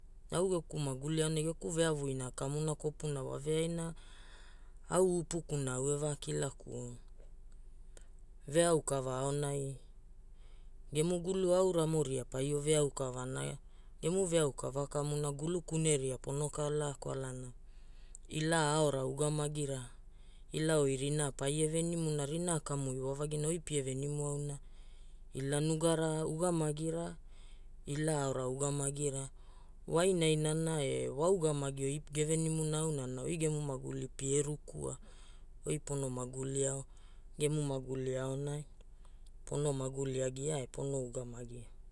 Au geku maguli aonai geku ve avuina kamuna kopuna wa eveaina, au upukuna au e vakilakuo, ve aukava aonai gemu gulu auramo ria paio ve aukava na gemu ve aukava kamuna gulu kune ria pono kalaa kwalana ila aora ugamagira, ila oi rinaa paie venimu na rinaa kamu iwa vagina oi pie venimu auna ila nugara ugamagira, ila aora ugamagira. Wa inainana e wa ugamagi oi ge venimuna aunana oi gemu maguli pie rukua. Oi pono magulia ao gemu maguli aonai pono maguli agia e pono ugamagia.